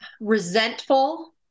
resentful